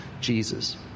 Jesus